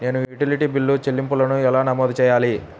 నేను utility bill చెల్లింపులను ఎలా నమోదు చేయాలి?